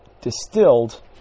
distilled